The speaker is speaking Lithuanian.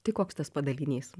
tai koks tas padalinys